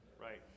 Right